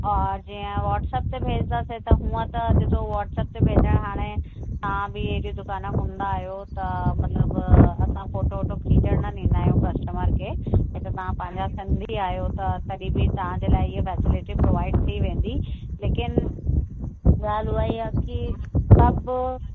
हा जीअं वॉट्सअप ते भेजंदासीं त उहा त ॾिसो वॉट्सअप ते भेजंदा आहियूं हाणे तव्हां बि हेॾी दुकान घुमंदा आहियो त मतिलबु असां फोटो वोटो खिचणु न ॾीदा आहियूं कस्टमर खे न त तव्हां पंहिंजा सिंधी आहियो त तॾहिं बि तव्हां जे लाइ हीअ फैसिलिटी प्रोवाइड थी वेंदी लेकिन ॻाल्हि उहा ई आहे कि सभु